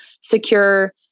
secure